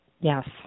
Yes